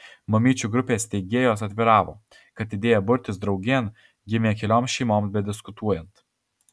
mamyčių grupės steigėjos atviravo kad idėja burtis draugėn gimė kelioms šeimoms bediskutuojant